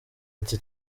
ati